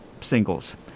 singles